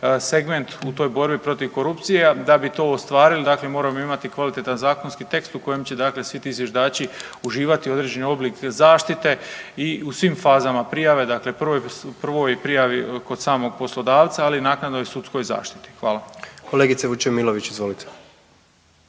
segment u toj borbi protiv korupcije a da bi to ostvarili dakle moramo imati kvalitetan zakonski tekst u kojem će dakle svi ti zviždači uživati određeni oblik zaštite u svim fazama prijave. Dakle, prvoj prijavi kod samog poslodavca, ali naknadno i sudskoj zaštiti. Hvala. **Jandroković, Gordan